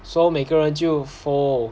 so 每个人就 fold